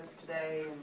today